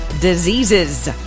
diseases